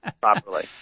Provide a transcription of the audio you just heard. properly